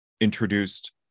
introduced